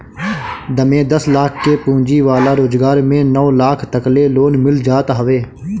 एमे दस लाख के पूंजी वाला रोजगार में नौ लाख तकले लोन मिल जात हवे